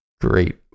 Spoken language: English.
great